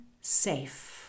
safe